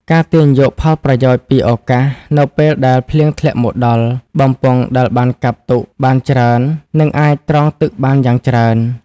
ការទាញយកផលប្រយោជន៍ពីឱកាស នៅពេលដែលភ្លៀងធ្លាក់មកដល់ បំពង់ដែលបានកាប់ទុកបានច្រើននឹងអាចត្រង់ទឹកបានយ៉ាងច្រើន ។